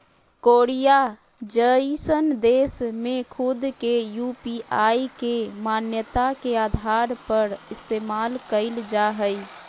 Korea जइसन देश में खुद के यू.पी.आई के मान्यता के आधार पर इस्तेमाल कईल जा हइ